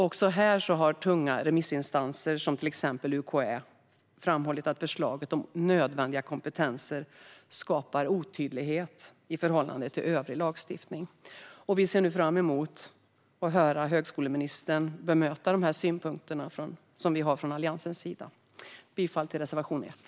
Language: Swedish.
Också här har tunga remissinstanser, till exempel UKÄ, framhållit att förslaget om nödvändiga kompetenser skapar otydlighet i förhållande till övrig lagstiftning. Vi ser fram emot att höra högskoleministern bemöta Alliansens synpunkter. Jag yrkar som sagt bifall till reservation 1.